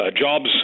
jobs